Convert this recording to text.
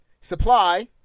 Supply